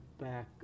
back